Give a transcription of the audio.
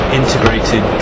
integrated